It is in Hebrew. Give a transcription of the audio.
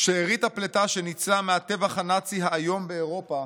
"שארית הפליטה שניצלה מהטבח הנאצי האיום באירופה